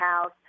house